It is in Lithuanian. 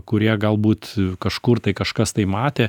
kurie galbūt kažkur tai kažkas tai matė